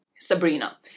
Sabrina